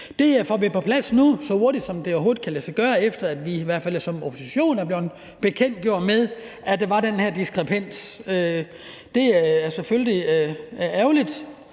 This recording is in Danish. Det får vi nu på plads – så hurtigt, som det overhovedet kan lade sig gøre – efter at vi, i hvert fald som opposition, er blevet gjort bekendt med, at der var den her diskrepans. Det er selvfølgelig ærgerligt,